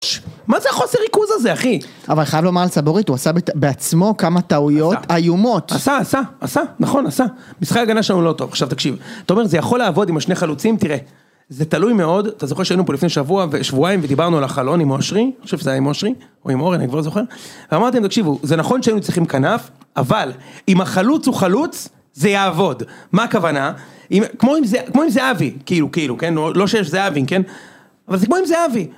מה זה החוסר ריכוז הזה אחי? אבל חייב לומר על סבורית, הוא עשה בעצמו כמה טעויות איומות עשה עשה עשה, נכון עשה משחק הגנה שלנו לא טוב, עכשיו תקשיב אתה אומר שזה יכול לעבוד עם השני חלוצים, תראה זה תלוי מאוד, אתה זוכר שהיינו פה לפני שבוע ושבועיים ודיברנו על החלון עם אושרי, אני חושב שזה היה עם אושרי או עם אורן, אני כבר לא זוכר ואמרתי להם תקשיבו, זה נכון שהיו ניצחים כנף אבל, אם החלוץ הוא חלוץ זה יעבוד, מה הכוונה? כמו אם זהבי, כאילו לא שיש זהבים אבל זה כמו אם זהבי